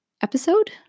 episode